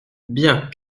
bien